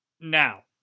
Now